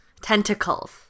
tentacles